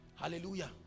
Hallelujah